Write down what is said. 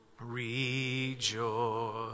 rejoice